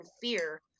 fear